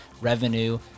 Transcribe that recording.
Revenue